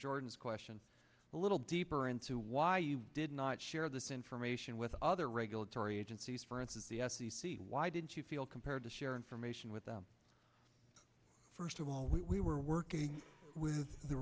jordan's question a little deeper into why you did not share this information with other regulatory agencies for instance the f t c why did you feel compared to share information with the first of all we were working with the